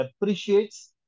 appreciates